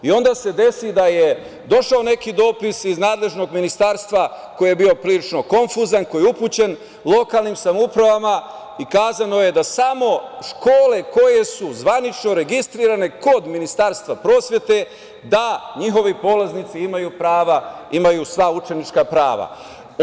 I onda se desi da je došao neki dopis iz nadležnog ministarstva, koji je bio prilično konfuzan, koji je upućen lokalnim samoupravama i kazano je da samo škole koje su zvanično registrovane kod Ministarstva prosvete da njihovi polaznici imaju sva učenička prava.